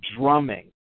drumming